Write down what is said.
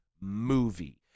movie